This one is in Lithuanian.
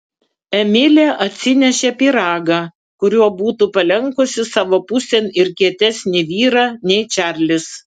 emilė atsinešė pyragą kuriuo būtų palenkusi savo pusėn ir kietesnį vyrą nei čarlis